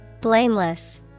Blameless